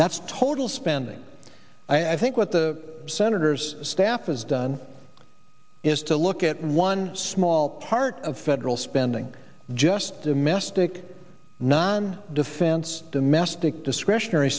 that's total spending i think what the senator's staff has done is to look at one small part of federal spending just domestic not on defense domestic discretionary